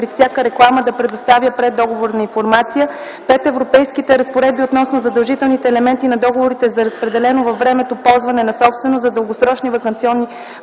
при всяка реклама, да предоставя преддоговорна информация; - европейските разпоредби относно задължителните елементи на договорите за разпределено във времето ползване на собственост, за дългосрочни ваканционни